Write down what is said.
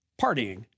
partying